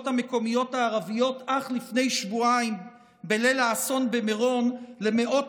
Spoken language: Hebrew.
המקומיות הערביות אך לפני שבועיים בליל האסון במירון למאות